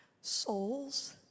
souls